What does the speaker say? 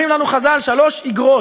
אומרים לנו חז"ל: שלוש איגרות